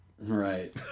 Right